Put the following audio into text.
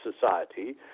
society